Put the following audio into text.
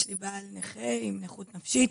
יש לי בעל נכה עם נכות נפשית.